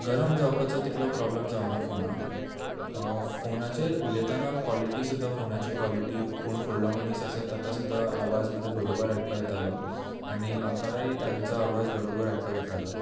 गरम जावपाचो तितलो प्रोब्लम जावना फोनाक फोनाचेर उलयताना क्वालिटी सुद्दां फोनाची क्वालिटी कोण फुडलो मनीस आसा ताका सुद्दां आवाज म्हजो बरोबर आयकपाक येतालो आनी म्हाकाय तांचो आवाज बरोबर आयकपाक येतालो